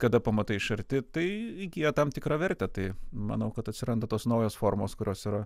kada pamatai iš arti tai įgyja tam tikrą vertę tai manau kad atsiranda tos naujos formos kurios yra